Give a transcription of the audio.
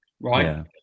Right